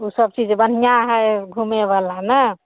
सब चीज बढ़िऑं हइ घूमे वाला ने